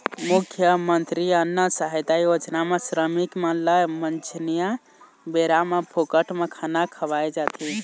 मुख्यमंतरी अन्न सहायता योजना म श्रमिक मन ल मंझनिया बेरा म फोकट म खाना खवाए जाथे